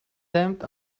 damned